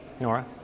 Nora